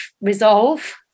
resolve